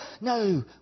No